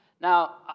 Now